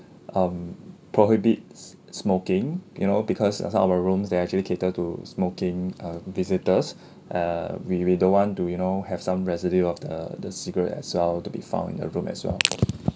um prohibits smoking you know because uh some of the rooms that actually cater to smoking uh visitors err we we don't want to you know have some residue of the the cigarette as well to be found in the room as well